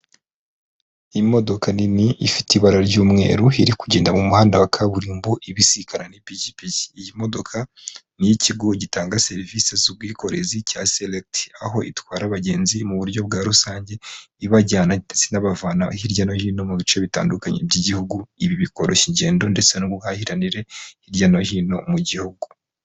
Imodoka nini ifite ibara ry'umweru iri kugenda mu muhanda wa kaburimbo ibisikana n'ipikipi. Iyi modoka ni iy'ikigo gitanga serivisi z'ubwikorezi cya Selegiti, aho itwara abagenzi mu buryo bwa rusange ibajyana ndetse inabavana hirya no hino mu bice bitandukanye by'Igihugu, ibi bikoroshya ingendo ndetse n'ubuhahiranire hirya no hino mu gihugu.